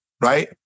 Right